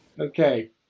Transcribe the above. Okay